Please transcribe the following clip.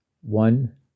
one